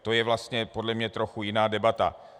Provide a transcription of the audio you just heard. To je vlastně podle mě trochu jiná debata.